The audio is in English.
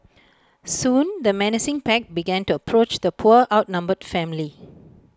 soon the menacing pack began to approach the poor outnumbered family